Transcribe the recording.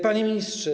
Panie Ministrze!